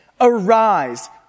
Arise